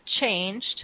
changed